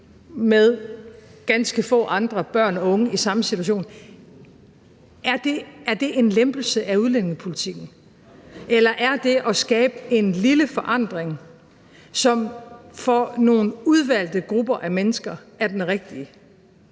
med ganske få andre børn og unge i samme situation, eller det, at vi skaber en lille forandring, som for nogle udvalgte grupper af mennesker er den rigtige,